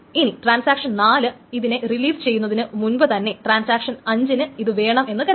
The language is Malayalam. ഇനി ട്രാൻസാക്ഷൻ 4 ഇതിനെ റിലീസ് ചെയ്യുന്നതിനു മുൻപു തന്നെ ട്രാൻസാക്ഷൻ 5 ന് ഇത് വേണം എന്നു കരുതുക